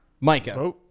Micah